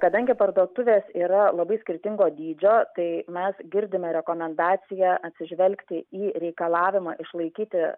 kadangi parduotuvės yra labai skirtingo dydžio tai mes girdime rekomendaciją atsižvelgti į reikalavimą išlaikyti